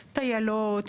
טיילות,